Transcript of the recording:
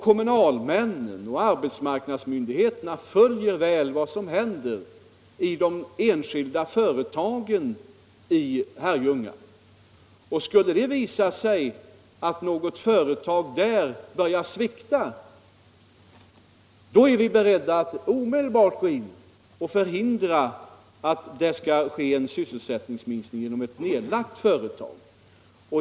Kommunalmännen och arbetsmarknadsmyndigheterna följer vad som händer i de enskilda företagen i Herrljunga. Skulle det visa sig att något företag där börjar svikta, är vi beredda att omedelbart gå in och hindra att det sker en sysselsättningsminskning genom nedläggning av ett företag.